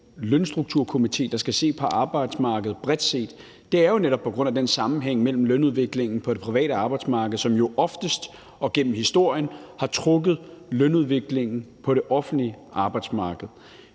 Lønstrukturkomité, der skal se på arbejdsmarkedet bredt set, er jo netop på grund af den sammenhæng med lønudviklingen på det private arbejdsmarked, som jo oftest gennem historien har trukket lønudviklingen på det offentlige arbejdsmarked.